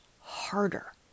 harder